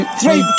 three